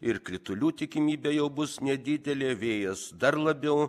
ir kritulių tikimybė jau bus nedidelė vėjas dar labiau